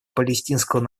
палестинского